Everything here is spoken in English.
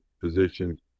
position